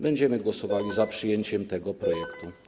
Będziemy głosowali za przyjęciem tego projektu.